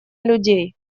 людей